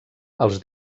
els